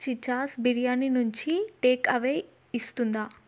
చిచాస్ బిర్యానీ నుంచి టేక్అవే ఇస్తుందా